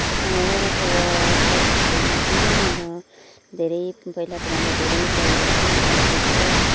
वरपर सर सफाईमा चाहिँ अब धेरै पहिलाकोभन्दा धेरै परिवर्तन आएको छ